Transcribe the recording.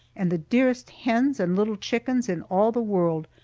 and the dearest hens and little chickens in all the world,